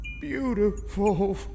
beautiful